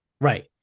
Right